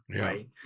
right